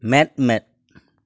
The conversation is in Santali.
ᱢᱮᱸᱫᱼᱢᱮᱸᱫ